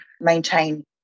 maintain